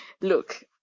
look